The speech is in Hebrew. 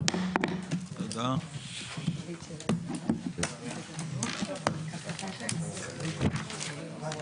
הישיבה ננעלה בשעה 10:28.